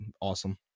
Awesome